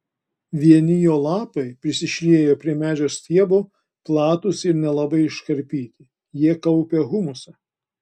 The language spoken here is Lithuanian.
vieni jo lapai prisišlieję prie medžio stiebo platūs ir nelabai iškarpyti jie kaupia humusą